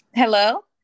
hello